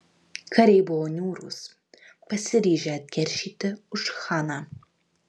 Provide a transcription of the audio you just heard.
kariai buvo niūrūs pasiryžę atkeršyti už chaną